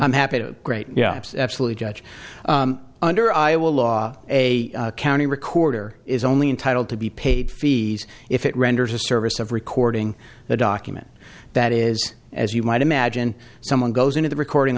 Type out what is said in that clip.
i'm happy to great yeah absolutely judge under iowa law a county recorder is only entitle to be paid fees if it renders a service of recording a document that is as you might imagine someone goes into the recording